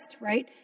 right